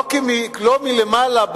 לא מלמעלה,